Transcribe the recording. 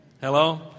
Hello